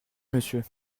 monsieur